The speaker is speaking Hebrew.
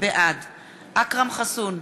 בעד אכרם חסון,